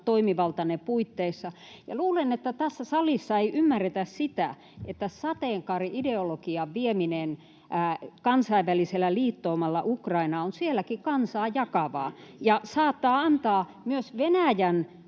toimivaltanne puitteissa, ja luulen, että tässä salissa ei ymmärretä sitä, että sateenkaari-ideologian vieminen kansainvälisellä liittoumalla Ukrainaan on sielläkin kansaa jakavaa ja saattaa antaa myös Venäjän